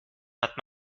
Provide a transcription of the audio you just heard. hat